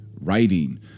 writing